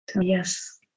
Yes